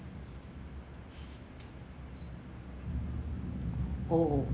oh